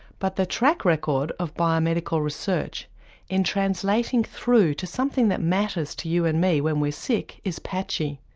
but the track record of biomedical research in translating through to something that matters to you and me when we're sick is patchy.